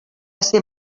ser